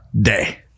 day